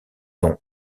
dont